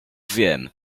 wiem